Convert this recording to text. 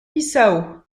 bissau